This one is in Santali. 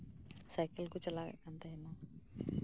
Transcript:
ᱥᱟᱭᱠᱮᱞ ᱠᱚ ᱪᱟᱞᱟᱣᱭᱮᱫ ᱠᱟᱱ ᱛᱟᱸᱦᱮᱱᱟ